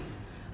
Kiehl's